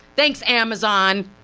thanks amazon!